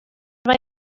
mae